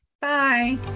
bye